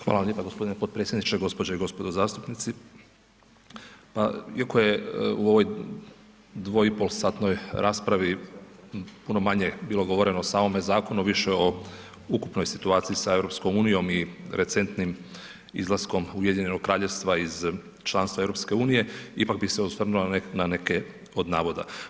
Hvala lijepo g. potpredsjedniče, gospođe i gospodo zastupnici, pa iako je u ovoj dvoipolsatnoj raspravi puno manje bilo govoreno o samome zakonu, više o ukupnoj situaciji sa EU i recentnim izlaskom Ujedinjenog Kraljevstva iz članstva EU ipak bih se osvrnuo na neke od navoda.